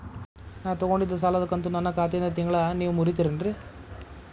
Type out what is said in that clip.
ನಾ ತೊಗೊಂಡಿದ್ದ ಸಾಲದ ಕಂತು ನನ್ನ ಖಾತೆಯಿಂದ ತಿಂಗಳಾ ನೇವ್ ಮುರೇತೇರೇನ್ರೇ?